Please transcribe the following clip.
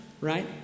right